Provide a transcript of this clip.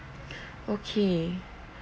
okay